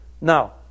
now